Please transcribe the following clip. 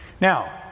Now